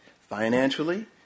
financially